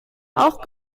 auch